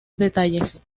detalles